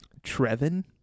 Trevin